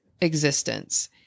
existence